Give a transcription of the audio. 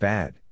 Bad